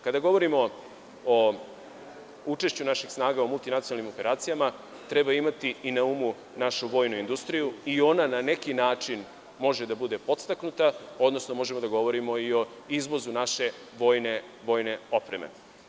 Kada govorimo o učešću naših snaga u multinacionalnim operacijama, treba imati i na umu našu vojnu industriju i ona na neki način može da bude podstaknuta, odnosno možemo da govorimo i o izvozu naše vojne opreme.